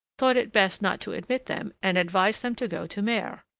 thought it best not to admit them and advised them to go to mers.